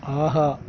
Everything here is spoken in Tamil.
ஆஹா